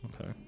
Okay